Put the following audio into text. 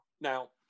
Now